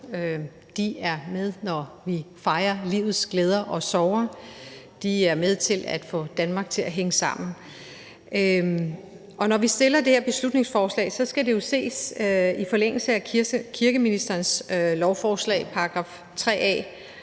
De er med, når vi fejrer livets glæder og sorger. De er med til at få Danmark til at hænge sammen. Og når vi fremsætter det her beslutningsforslag, skal det jo ses i forlængelse af § 3 a i kirkeministerens lovforslag om en